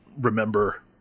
remember